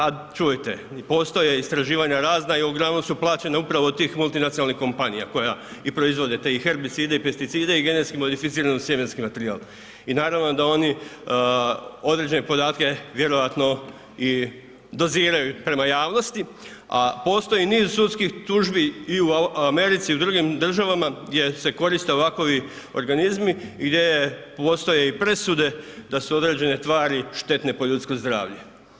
A čujte, postoje razna istraživanja i uglavnom su plaćena upravo do tih multinacionalnih kompanija koja i proizvode herbicide i pesticide i genetski modificirani sjemenski materijal i naravno da oni određene podatke vjerojatno doziraju prema javnosti, a postoji niz sudskih tužbi i u Americi i u drugim državama gdje se koriste ovakvi organizmi i gdje postoje presude da su određene tvari štetne po ljudsko zdravlje.